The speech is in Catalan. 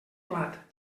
plat